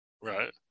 Right